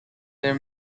their